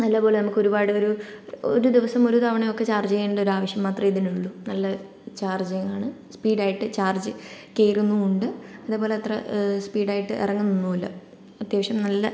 നല്ലപോലെ നമുക്ക് ഒരുപാട് ഒരു ഒരു ദിവസം ഒരു തവണയെക്കെ ചാർജ് ചെയ്യേണ്ട ഒരു ആവശ്യം മാത്രമേ ഇതിനുള്ളൂ നല്ല ചാർജിങ്ങാണ് സ്പീഡായിട്ട് ചാർജ് കയറുന്നുമുണ്ട് അതുപോലെ അത്ര സ്പീഡായിട്ട് ഇറങ്ങുന്നൊന്നുമില്ല അത്യാവശ്യം നല്ല